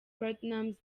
platnumz